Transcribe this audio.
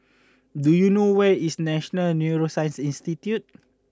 do you know where is National Neuroscience Institute